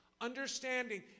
Understanding